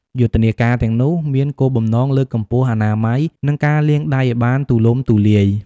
យុទ្ធនាការទាំងនោះ មានគោលបំណងលើកកម្ពស់អនាម័យ និងការលាងដៃឱ្យបានទូលំទូលាយ។